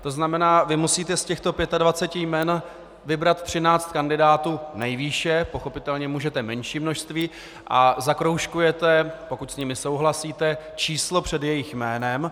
To znamená, vy musíte z těchto 25 jmen vybrat 13 kandidátů nejvýše, pochopitelně můžete menší množství, a zakroužkujete, pokud s nimi souhlasíte, číslo před jejich jménem.